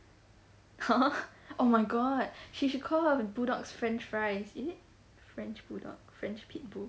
!huh! oh my god she should call her bulldogs french fries eh french-bulldog french-pitbull